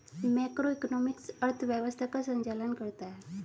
macroeconomics अर्थव्यवस्था का संचालन करता है